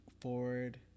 forward